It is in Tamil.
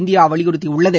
இந்தியா வலியுறுத்தியுள்ளது